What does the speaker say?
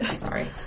Sorry